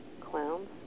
Clowns